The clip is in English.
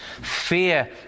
fear